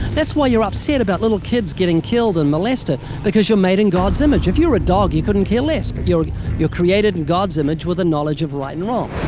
that's why you're upset about little kids getting killed and molested, because you're made in god's image. if you were a dog, you couldn't care less, but you're you're created in god's image with a knowledge of right and wrong.